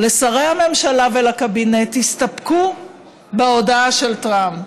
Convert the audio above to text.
לשרי הממשלה ולקבינט: תסתפקו בהודעה של טראמפ.